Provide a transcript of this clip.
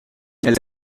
elle